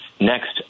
next